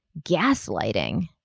gaslighting